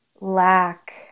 lack